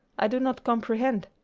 i do not comprehend.